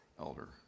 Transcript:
elder